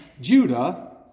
Judah